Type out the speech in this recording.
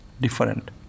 different